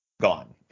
gone